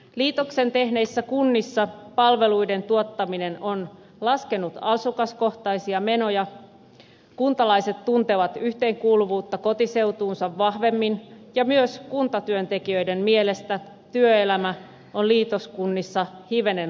liitoksen tehneissä kunnissa palveluiden tuottaminen on laskenut asukaskohtaisia menoja kuntalaiset tuntevat yhteenkuuluvuutta kotiseutuunsa vahvemmin ja myös kuntatyöntekijöiden mielestä työelämä on hivenen laadukkaampaa